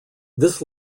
this